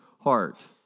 heart